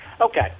Okay